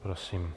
Prosím.